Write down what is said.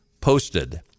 posted